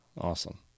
Awesome